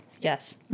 Yes